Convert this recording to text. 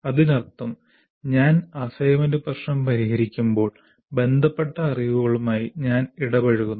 അതിനർത്ഥം ഞാൻ അസൈൻമെന്റ് പ്രശ്നം പരിഹരിക്കുമ്പോൾ ബന്ധപ്പെട്ട അറിവുകളുമായി ഞാൻ ഇടപഴകുന്നു